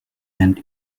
and